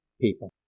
people